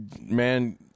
man